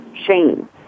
shame